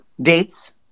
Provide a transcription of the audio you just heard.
dates